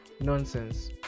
nonsense